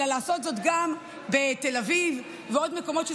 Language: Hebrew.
אלא לעשות זאת גם בתל אביב ובעוד מקומות.